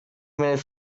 minutes